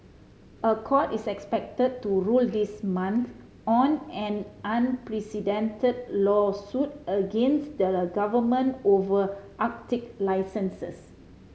a court is expected to rule this month on an unprecedented lawsuit against the government over Arctic licenses